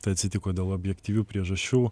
tai atsitiko dėl objektyvių priežasčių